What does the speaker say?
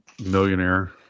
Millionaire